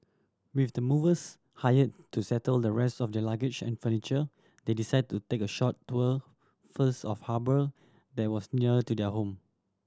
with the movers hire to settle the rest of their luggage and furniture they decided to take a short tour first of harbour that was near to their home